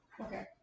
Okay